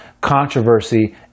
controversy